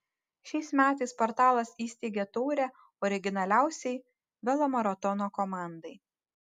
šiais metais portalas įsteigė taurę originaliausiai velomaratono komandai